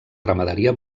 ramaderia